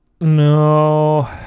no